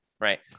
right